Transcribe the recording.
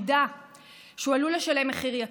שידעו שהם עלולים לשלם מחיר יקר.